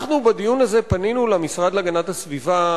בדיון הזה פנינו אנחנו אל המשרד להגנת הסביבה,